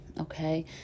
okay